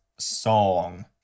song